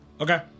Okay